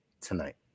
tonight